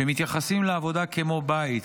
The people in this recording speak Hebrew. שמתייחסים לעבודה כמו אל בית,